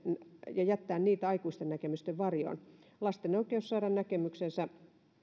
ja jättää niitä aikuisten näkemysten varjoon lapsen oikeus saada näkemyksensä